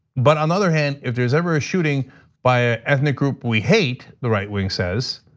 but on the other hand, if there's ever a shooting by an ethnic group we hate, the right wing says,